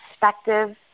perspective